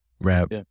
rap